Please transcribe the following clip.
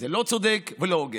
לא צודק ולא הוגן.